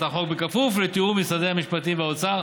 החוק בכפוף לתיאום עם משרדי המשפטים והאוצר.